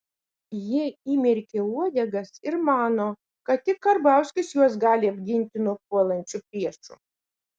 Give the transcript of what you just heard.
jie įmerkė uodegas ir mano kad tik karbauskis juos gali apginti nuo puolančių priešų